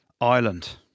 Ireland